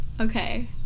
Okay